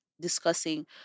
discussing